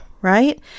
Right